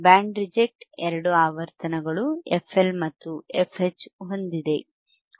band reject ಎರಡು ಆವರ್ತನಗಳು FL FH ಹೊಂದಿದೆ